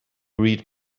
read